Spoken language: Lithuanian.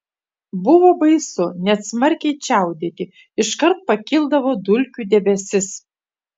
buvo baisu net smarkiai čiaudėti iškart pakildavo dulkių debesis